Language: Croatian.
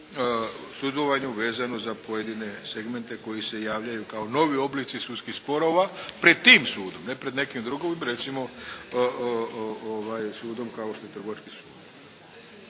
sudovanju vezano za pojedine segmente koji se javljaju kao novi oblici sudskih sporova pred tim sudom, ne pred nekim drugim, recimo sudom kao što je Trgovački sud.